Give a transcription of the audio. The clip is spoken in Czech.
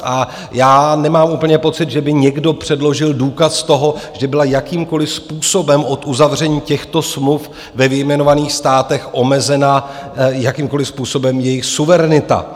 A já nemám úplně pocit, že by někdo předložil důkaz toho, že byla od uzavření těchto smluv ve vyjmenovaných státech omezena jakýmkoliv způsobem jejich suverenita.